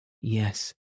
Yes